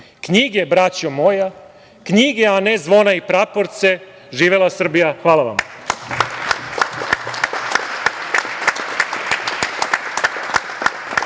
Knjige, braćo moja, knjige, a ne zvona i praporce.“Živela Srbija. Hvala vam.